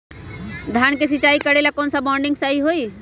धान के सिचाई करे ला कौन सा बोर्डिंग सही होई?